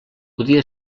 podia